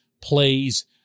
plays